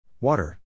Water